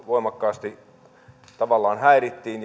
voimakkaasti tavallaan häirittiin